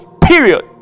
Period